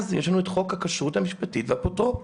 אז יש לנו את חוק הכשרות המשפטית והאפוטרופוס.